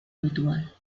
habitual